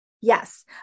Yes